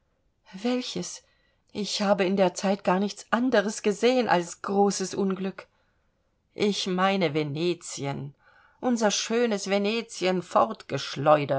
welches ich habe in der zeit gar nichts anderes gesehen als großes unglück ich meine venetien unser schönes venetien